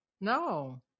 No